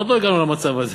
עוד לא הגענו למצב הזה.